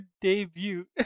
debut